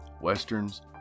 westerns